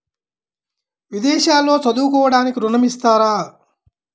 విదేశాల్లో చదువుకోవడానికి ఋణం ఇస్తారా?